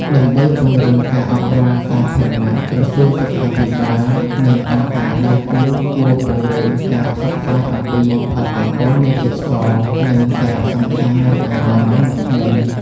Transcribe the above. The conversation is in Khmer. ដើម្បីពង្រឹងការអប់រំសាធារណៈ ក្រសួងសុខាភិបាល និងអង្គការដៃគូគួរពង្រឹងការផ្សព្វផ្សាយអំពីផលប៉ះពាល់នៃជាតិស្ករ និងសារៈសំខាន់នៃអនាម័យមាត់ធ្មេញ។